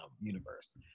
universe